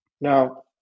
Now